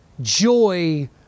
joy